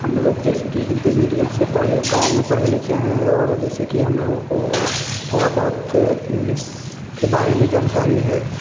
हम लोग जैसे कि हिंदी मीडियम से पढ़े गाँव में पढ़े लिखे हैं और जैसे कि हम लोगों को थोड़ा बहुत इंग्लिस के बारे में जानकारी है